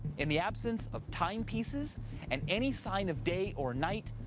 in the absence of timepieces and any sign of day or night,